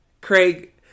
Craig